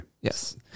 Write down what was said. yes